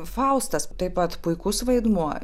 faustas taip pat puikus vaidmuo